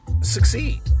succeed